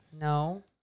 No